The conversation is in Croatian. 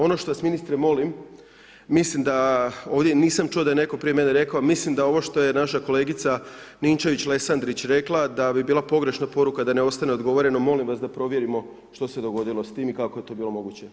Ono što vas ministre molim, mislim da ovdje nisam čuo da je netko prije mene rekao, mislim da ovo što je naša kolegica Ninčević Lesandrić rekla, da bi bilo pogrešna poruka da nam ne ostane odgovoreno, moli vas da provjerimo što se dogodilo s tim i kako je to bilo moguće.